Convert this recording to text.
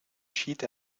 schied